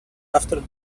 after